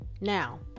Now